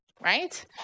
right